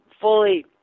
fully